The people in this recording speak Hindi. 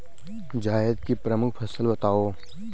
जायद की प्रमुख फसल बताओ